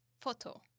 photo